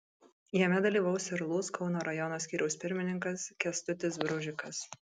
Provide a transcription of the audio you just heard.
jame dalyvaus ir lūs kauno rajono skyriaus pirmininkas kęstutis bružikas